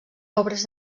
obres